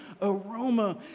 aroma